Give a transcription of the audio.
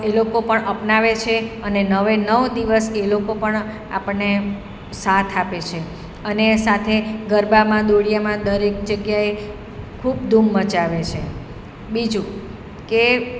એ લોકો પણ અપનાવે છે અને નવે નવ દિવસ એ લોકો પણ આપણને સાથ આપે છે અને સાથે ગરબામાં દોડિયામાં દરેક જગ્યાએ ખૂબ ધૂમ મચાવે છે બીજું કે